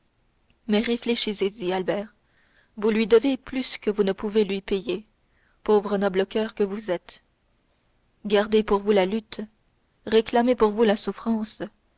mais réfléchissez y albert vous lui devez plus que vous ne pouvez lui payer pauvre noble coeur que vous êtes gardez pour vous la lutte réclamez pour vous la souffrance